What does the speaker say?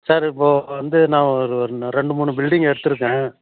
sir இப்போ வந்து நான் வந்து ரெண்டு மூணு பில்டிங் எடுத்துருக்கேன்